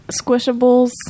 Squishables